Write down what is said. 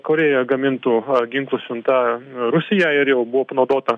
korėja gamintų ginklų siunta rusija ir jau buvo panaudota